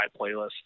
playlist